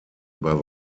über